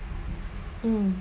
um